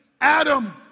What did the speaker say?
Adam